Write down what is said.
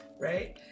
right